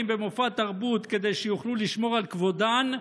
במופע תרבות כדי שיוכלו לשמור על כבודן,